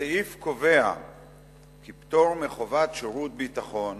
הסעיף קובע כי פטור מחובת שירות ביטחון